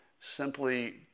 simply